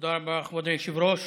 תודה רבה, כבוד היושב-ראש.